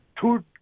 Two